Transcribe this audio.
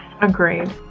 Agreed